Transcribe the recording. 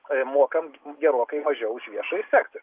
mokam gerokai mažiau už viešąjį sektorių